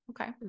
Okay